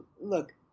Look